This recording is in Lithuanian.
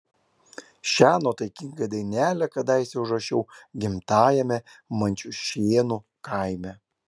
šią nuotaikingą dainelę kadaise užrašiau gimtajame mančiušėnų kaime